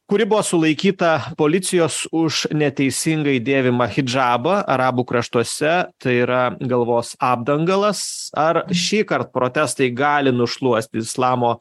kuri buvo sulaikyta policijos už neteisingai dėvimą hidžabą arabų kraštuose tai yra galvos apdangalas ar šįkart protestai gali nušluot islamo